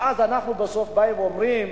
ואז אנחנו בסוף באים ואומרים: